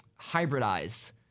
hybridize